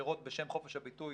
שמאפשרות בשם חופש הביטוי